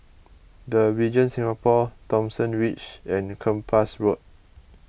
the Regent Singapore Thomson Ridge and Kempas Road